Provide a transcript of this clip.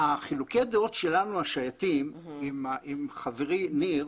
חילוקי הדעות שלנו השייטים עם חברי ניר